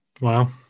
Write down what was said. Wow